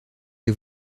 les